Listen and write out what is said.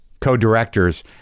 co-directors